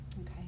Okay